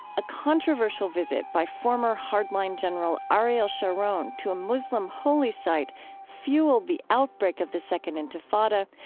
a controversial visit by former hard-line general ariel sharon to a muslim holy site fueled the outbreak of the second intifada,